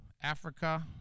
Africa